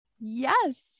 Yes